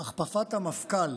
המפכ"ל